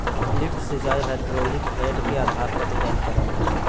lift सिंचाई hydraulic head के आधार पर डिजाइन कइल हइ